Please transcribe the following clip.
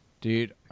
dude